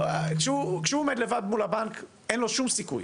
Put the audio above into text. כשהוא עומד לבד מול הבנק, אין לו שום סיכוי.